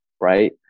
right